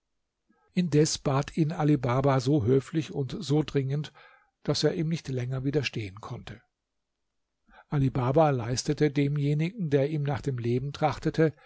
indes bat ihn ali baba so höflich und so dringend daß er ihm nicht länger widerstehen konnte ali baba leistete demjenigen der ihm nach dem leben trachtete